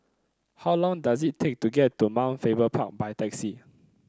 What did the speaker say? how long does it take to get to Mount Faber Park by taxi